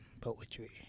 poetry